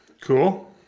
Cool